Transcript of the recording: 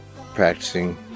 practicing